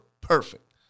perfect